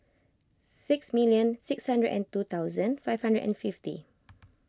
six million six hundred and two thousand five hundred and fifty